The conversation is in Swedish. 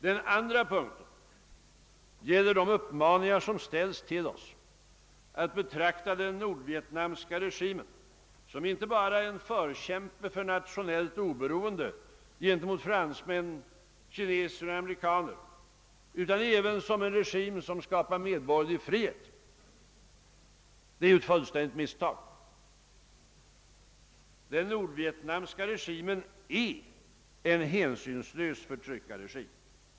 Den andra punkten gäller de uppmaningar som ställs till oss att betrakta den nordvietnamesiska regimen inte bara som en förkämpe för nationellt oberoende gentemot fransmän, kineser och amerikaner utan även som en regim som skapar medborgerlig frihet. Det är ju ett fullständigt misstag. Den nordvietnamesiska regimen är en hänsynslös förtryckarregim.